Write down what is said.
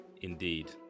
Indeed